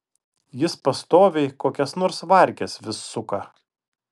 jis pastoviai kokias nors varkes vis suka